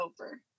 over